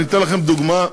אתן לכם דוגמה,